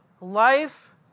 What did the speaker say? life